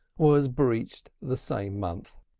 was breeched the same month.